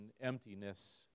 emptiness